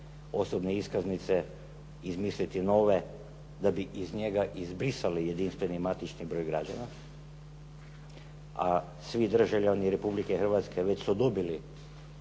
osobne iskaznice, izmisliti nove da bi iz njega izbrisali jedinstveni matični broj građana. A svi državljani Republike Hrvatske već su dobili